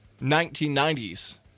1990s